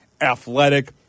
athletic